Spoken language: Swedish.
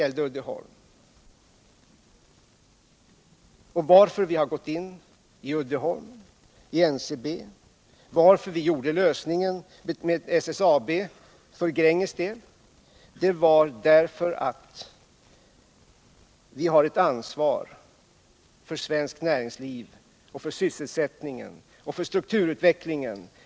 Anledningen till att vi har gått in och hjälpt Uddeholm och NCB samt har löst problemen för Gränges del med SSAB är att vi har ett ansvar för svenskt näringsliv, för sysselsättningen och för strukturutvecklingen.